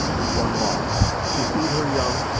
is one law to feed her young,